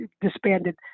disbanded